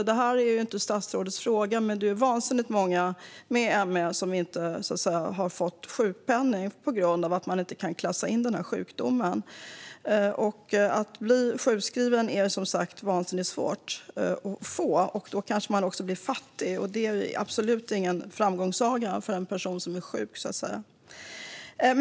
Det är inte statsrådets fråga, men det är vansinnigt många med ME som inte har fått sjukpenning på grund av att man inte kan klassa in den här sjukdomen. Att bli sjukskriven är vansinnigt svårt. Då kanske man också blir fattig, och det är absolut ingen framgångssaga för en person som är sjuk.